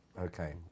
okay